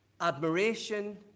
admiration